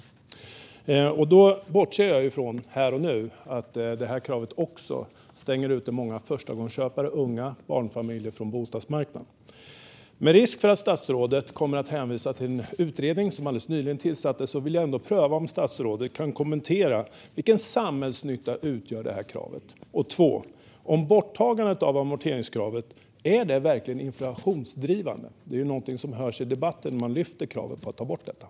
Här och nu bortser jag ifrån att kravet också stänger ute många förstagångsköpare och unga barnfamiljer från bostadsmarknaden. Med risk för att statsrådet kommer att hänvisa till en utredning som alldeles nyligen tillsattes vill jag ändå höra om statsrådet kan kommentera dels vilken samhällsnytta amorteringskravet ger, dels om borttagandet av kravet verkligen är inflationsdrivande. Detta är något som hörs i debatten när man lyfter fram att kravet bör tas bort.